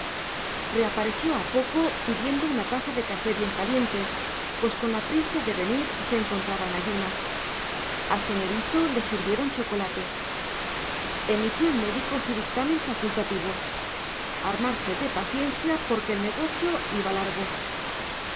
reapareció a poco pidiendo una taza de café bien caliente pues con la prisa de venir se encontraba en ayunas al señorito le sirvieron chocolate emitió el médico su dictamen facultativo armarse de paciencia porque el negocio iba largo